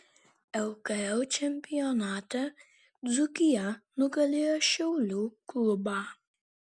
lkl čempionate dzūkija nugalėjo šiaulių klubą